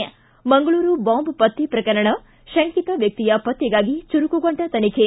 ಿಗ Mangaluru bomb ಪತ್ತೆ ಪ್ರಕರಣ ಶಂಕಿತ ವ್ಯಕ್ತಿಯ ಪತ್ತೆಗಾಗಿ ಚುರುಕುಗೊಂಡ ತನಿಖೆ